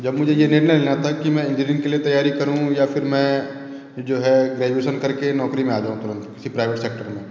जब मुझे ये निर्णय लेना था कि मैं इंजीनियरिंग के लिए तैयारी करूँ या फिर मैं जो है ग्रेजुएशन करके नौकरी में आ जाऊँ तुरंत किसी प्राइवेट सेक्टर में